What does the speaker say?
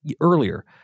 earlier